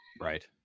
Right